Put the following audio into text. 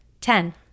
ten